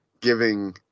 giving